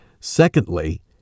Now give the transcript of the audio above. secondly